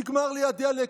נגמר לי הדלק.